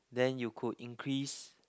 then you could increase